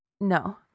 no